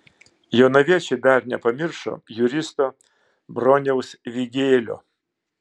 jonaviečiai dar nepamiršo juristo broniaus vygėlio